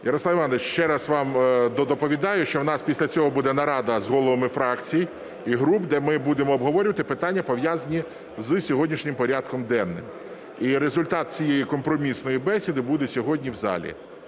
Ярославе Івановичу, ще раз вам доповідаю, що в нас після цього буде нарада з головами фракцій і груп, де ми будемо обговорювати питання, пов'язані з сьогоднішнім порядком денним. І результат цієї компромісної бесіди буде сьогодні в залі.